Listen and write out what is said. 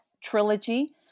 trilogy